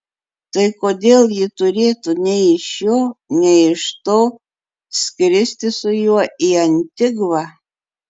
tai kodėl ji turėtų nei iš šio nei iš to skristi su juo į antigvą